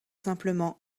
simplement